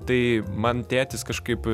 tai man tėtis kažkaip